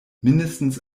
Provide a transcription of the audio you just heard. mindestens